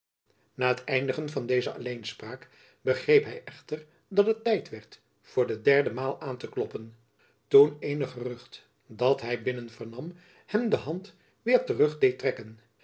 na het eindigen van deze alleenspraak begreep hy echter dat het tijd werd voor de derde maal aan jacob van lennep elizabeth musch te kloppen toen eenig gerucht dat hy binnen vernam hem de hand weêr terug deed trekken